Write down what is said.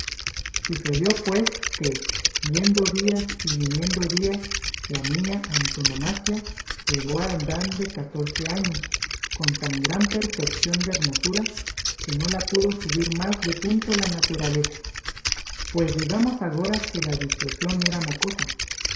sucedió pues que yendo días y viniendo días la niña antonomasia llegó a edad de catorce años con tan gran perfeción de hermosura que no la pudo subir más de punto la naturaleza pues digamos agora que la discreción era mocosa